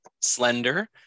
slender